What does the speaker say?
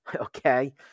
Okay